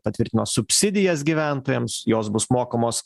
patvirtino subsidijas gyventojams jos bus mokamos